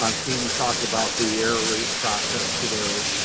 um katie talked about the error rate process today,